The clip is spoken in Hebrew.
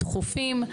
דחופים,